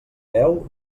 veu